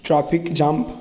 traffic jam